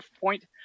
point